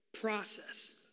process